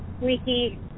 wiki